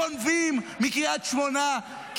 גונבים מקריית שמונה.